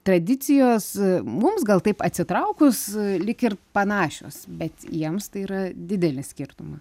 tradicijos mums gal taip atsitraukus lyg ir panašios bet jiems tai yra didelis skirtumas